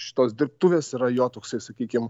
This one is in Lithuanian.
šitos dirbtuvės yra jo toksai sakykim